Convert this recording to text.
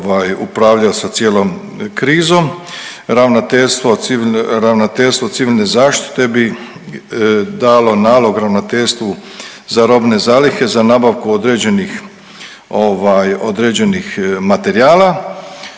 upravljao sa cijelom krizom Ravnateljstvo civilne zaštite bi dalo nalog Ravnateljstvu za robne zalihe za nabavku određenih ovaj